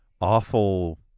awful